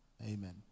Amen